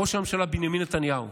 ראש הממשלה בנימין נתניהו.